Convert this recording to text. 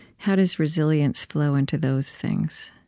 how does resilience flow into those things